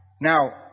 Now